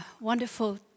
wonderful